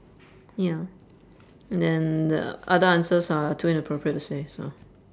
ya and then the other answers are too inappropriate to say so